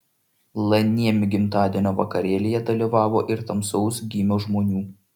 l niemi gimtadienio vakarėlyje dalyvavo ir tamsaus gymio žmonių